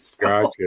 Gotcha